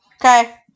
Okay